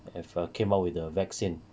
that have err came up with the vaccine